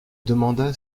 demanda